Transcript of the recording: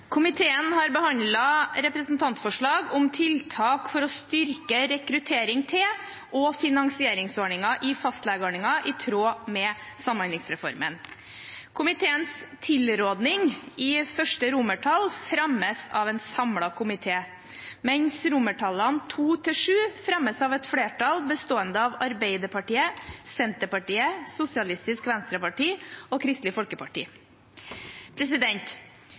Komiteen har behandlet representantforslag om tiltak for å styrke rekruttering til og finansiering av fastlegeordningen i tråd med samhandlingsreformen. Komiteens tilråding til I fremmes av en samlet komité, mens II–VII fremmes av et flertall bestående av Arbeiderpartiet, Senterpartiet, Sosialistisk Venstreparti og Kristelig Folkeparti.